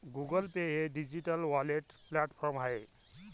Google Pay हे digital wallet platform आहे